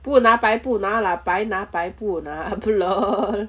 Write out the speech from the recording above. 不拿白不拿 lah 白拿白不拿 bl~ lol